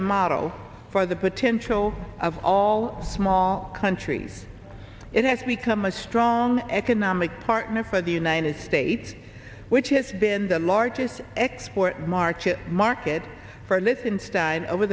a model for the potential of all small countries it has become a strong economic partner for the united states which has been the largest export market market for